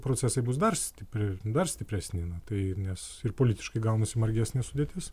procesai bus dar stipri dar stipresni tai ir nes ir politiškai gaunasi margesnė sudėtis